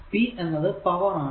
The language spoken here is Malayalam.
p എന്നത് പവർ ആണ്